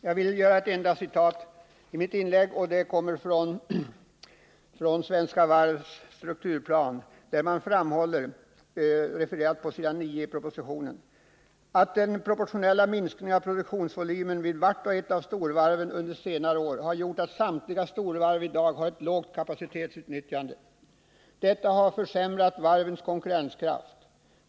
Jag vill göra ett enda citat i mitt inlägg, och det kommer från Svenska Varvs strukturplan där jag citerar ur propositionen 1979/80:165 på s. 9: ”Svenska Varv framhåller, att den proportionella minskningen av produktionsvolymen vid vart och ett av storvarven under senare år har gjort att samtliga storvarv i dag har ett lågt kapacitetsutnyttjande. Detta har försämrat varvens konkurrenskraft.